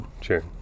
Sure